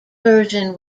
version